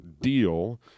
deal